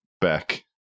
back